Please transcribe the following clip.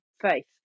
faith